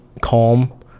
calm